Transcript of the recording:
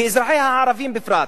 ולאזרחיה הערבים בפרט?